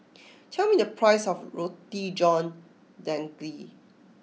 tell me the price of Roti John Daging